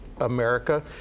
America